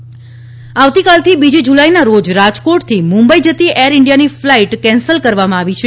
Rajkot flight આવતીકાલ બીજી જુલાઈના રોજ રાજકોટથી મુંબઈ જતી એર ઇન્ડિયાની ફ્લાઇટ કેન્સલ કરવામાં આવી છે